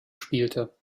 spielte